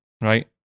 right